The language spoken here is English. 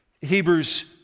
Hebrews